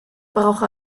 brauche